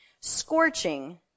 Scorching